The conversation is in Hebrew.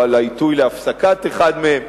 או על העיתוי של הפסקת אחד מהם.